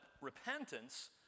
repentance